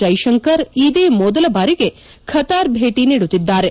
ಜೈಶಂಕರ್ ಇದೇ ಮೊದಲ ಬಾರಿಗೆ ಖತಾರ್ಗೆ ಭೇಟಿ ನೀಡುತ್ತಿದ್ದಾರೆ